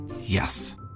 Yes